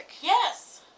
Yes